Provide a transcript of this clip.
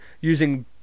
using